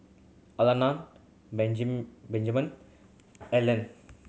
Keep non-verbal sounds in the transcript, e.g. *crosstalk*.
Alannah *unintelligible* Benjman Ellen